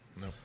No